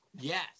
Yes